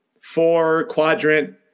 four-quadrant